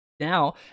Now